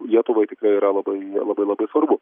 lietuvai tikrai yra labai labai labai svarbu